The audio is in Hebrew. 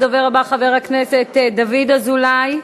הדובר הבא, חבר הכנסת דוד אזולאי,